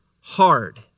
hard